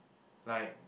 like